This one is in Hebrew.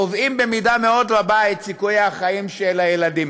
קובעים במידה מאוד רבה את סיכויי החיים של הילדים.